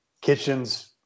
kitchens